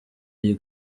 iyi